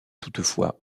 toutefois